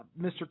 Mr